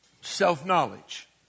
self-knowledge